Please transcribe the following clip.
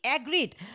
Agreed